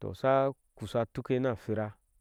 toh asha kusha a tuke ni ahwira.